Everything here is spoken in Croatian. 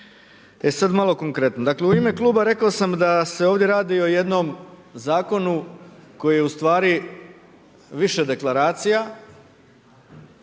E sada malo konkretno, dakle, u ime kluba, rekao sam da se ovdje radi o jednom zakonu koji je ustvari više deklaracija,